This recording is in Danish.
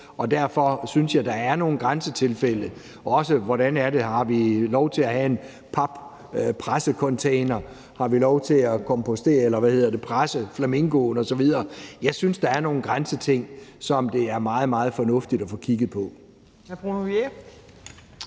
derfor synes jeg også, der er nogle grænsetilfælde. Har vi f.eks. lov til at have en pappressecontainer? Har vi lov til at presse flamingoen osv.? Jeg synes, der er nogle grænsetilfælde, som det er meget, meget fornuftigt at få kigget på.